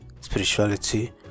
spirituality